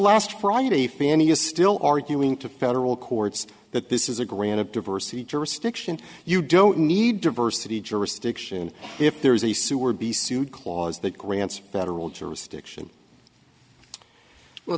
last friday fania still arguing to federal courts that this is a grant of diversity jurisdiction you don't need diversity jurisdiction if there is a sewer be sued clause that grants federal jurisdiction well